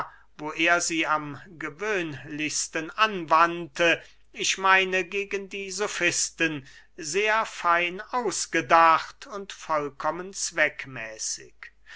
wo er sie am gewöhnlichsten anwandte ich meine gegen die sofisten sehr fein ausgedacht und vollkommen zweckmäßig